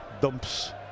dumps